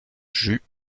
jus